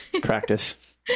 Practice